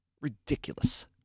Ridiculous